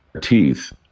teeth